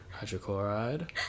hydrochloride